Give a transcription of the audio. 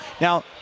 Now